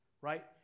right